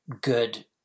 good